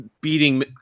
beating